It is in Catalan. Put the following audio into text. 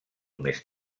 més